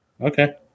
Okay